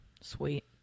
Sweet